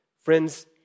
Friends